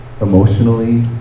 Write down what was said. emotionally